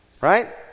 Right